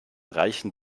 reichen